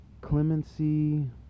clemency